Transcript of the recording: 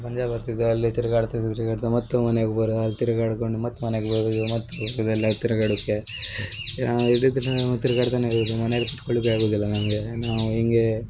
ಬಂದೇ ಬರ್ತಿದ್ದವು ಅಲ್ಲಿ ತಿರ್ಗಾಡ್ತಾ ತಿರ್ಗಾಡ್ತಾ ಮತ್ತೆ ಮನೆಗೆ ಬರೋ ಅಲ್ಲಿ ತಿರ್ಗಾಡ್ಕೊಂಡು ಮತ್ತೆ ಮನೆಗೆ ಬರೋ ಮತ್ತೆ ಇವೆಲ್ಲ ತಿರ್ಗಾಡಕ್ಕೆ ಇಡೀ ದಿನ ತಿರ್ಗಾಡ್ತಾನೆ ಇದ್ವಿ ಮನೇಲಿ ಕುತ್ಕೊಳ್ಲಿಕ್ಕೆ ಆಗುದಿಲ್ಲ ನನಗೆ ನಾವು ಹಿಂಗೆ